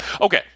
okay